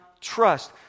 trust